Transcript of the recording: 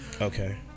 Okay